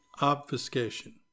obfuscation